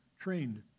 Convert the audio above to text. trained